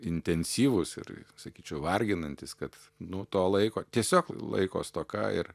intensyvūs ir sakyčiau varginantys kad nu to laiko tiesiog laiko stoka ir